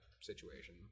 situation